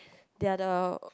they are the